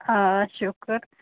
آ شُکُر